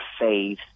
faith